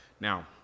Now